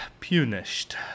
punished